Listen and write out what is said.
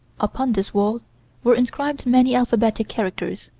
upon this wall were inscribed many alphabetic characters.